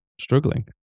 struggling